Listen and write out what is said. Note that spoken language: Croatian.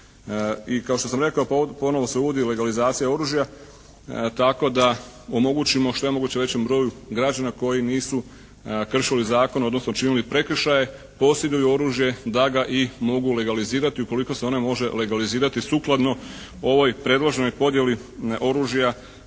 I kao što sam rekao ponovo se uvodi legalizacija oružja tako da omogućimo što je moguće većem broju građana koji nisu kršili zakon, odnosno činili prekršaje posjeduju oružje da ga mogu i legalizirati ukoliko se ona može legalizirati sukladno ovoj predloženoj podjeli oružja